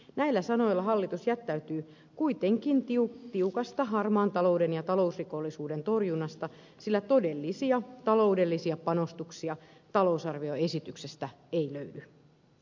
näillä sanoilla hallitus jättäytyy kuitenkin tiukasta harmaan talouden ja talousrikollisuuden torjunnasta sillä todellisia taloudellisia panostuksia talousarvioesityksestä ei löydy